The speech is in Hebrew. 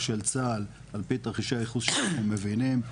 של צה"ל על פי תרחישי ה --- שאנחנו מבינים,